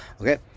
Okay